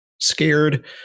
scared